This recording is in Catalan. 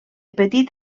petit